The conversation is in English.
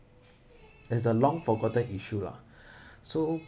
is a long-forgotten issue lah so